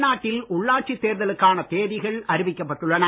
தமிழ்நாட்டில் உள்ளாட்சித் தேர்தலுக்கான தேதிகள் அறிவிக்கப் பட்டுள்ளன